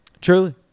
Truly